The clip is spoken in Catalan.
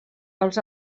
els